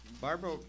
Barbara